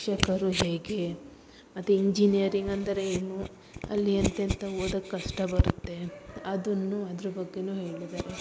ಶಿಕ್ಷಕರು ಹೇಗೆ ಮತ್ತು ಇಂಜಿನಿಯರಿಂಗ್ ಅಂದರೆ ಏನು ಅಲ್ಲಿ ಎಂತೆಂಥ ಓದೊಕ್ಕೆ ಕಷ್ಟ ಬರುತ್ತೆ ಅದನ್ನು ಅದ್ರ ಬಗ್ಗೆನು ಹೇಳಿದ್ದಾರೆ